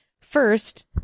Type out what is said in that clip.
First